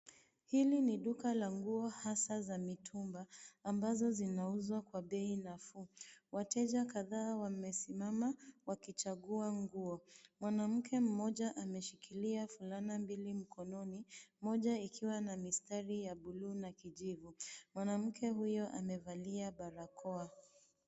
Hili ni duka la nguo hasa za mitumba ambazo zinauzwa kwa bei nafuu. Wateja kadhaa wamesimama wakichagua nguo . Mwanamke mmoja ameshikilia fulana mbili mkononi, moja ikiwa na mistari ya bluu na kijivu. Mwanamke huyo amevaa barakoa.